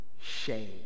shame